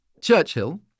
Churchill